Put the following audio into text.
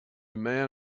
man